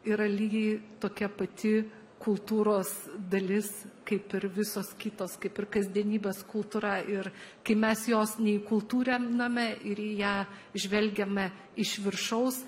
yra lygiai tokia pati kultūros dalis kaip ir visos kitos kaip ir kasdienybės kultūra ir kai mes jos neįkultūriname ir į ją žvelgiame iš viršaus